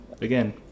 again